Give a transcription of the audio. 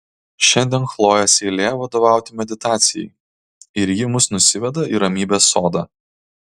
šiandien chlojės eilė vadovauti meditacijai ir ji mus nusiveda į ramybės sodą